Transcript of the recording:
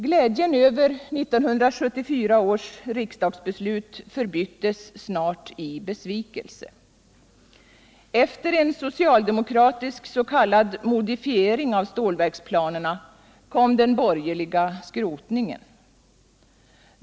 Glädjen över 1974 års riksdagsbeslut förbyttes snart i besvikelse. Efter en socialdemokratisk s.k. modifiering av stålverksplanerna kom den borgerliga skrotningen.